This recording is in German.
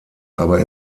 aber